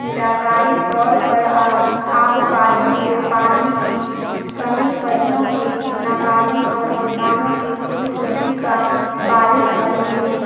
علاقائی طور پر آب پاشی کے پانی کی کمی فصلوں کی ناکامی اور کسانوں کی خودکشی کا باعث بنتی ہے